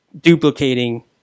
duplicating